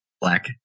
Black